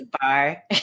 Bar